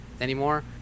anymore